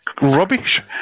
Rubbish